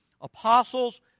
apostles